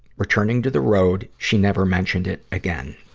returning to the road, she never mentioned it again.